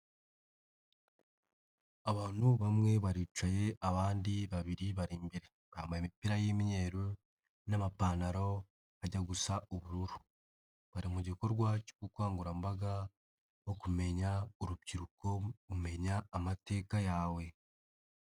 Abantu bamwe baricaye abandi babiri bari imbere, bambaye imipira y'imweru n'amapantaro bijya gusa ubururu, bari mu gikorwa cy'ubukangurambaga bwo kumenya urubyiruko no kumenya amateka yawe.